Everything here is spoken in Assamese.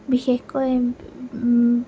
বিশেষকৈ